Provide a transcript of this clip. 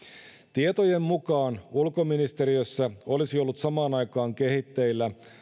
tietojen mukaan ulkoministeriössä olisi ollut samaan aikaan kehitteillä